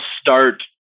start